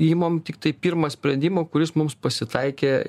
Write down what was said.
imam tiktai pirmą sprendimo kuris mums pasitaikė